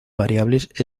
variables